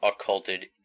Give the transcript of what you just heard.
Occulted